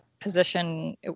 position